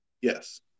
Yes